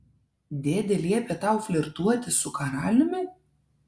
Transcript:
dėdė liepė tau flirtuoti su karaliumi